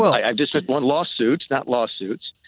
i dismissed one lawsuit, not lawsuits.